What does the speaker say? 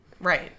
Right